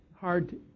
hard